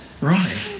Right